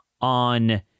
on